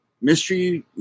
Mystery